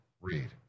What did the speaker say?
read